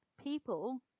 people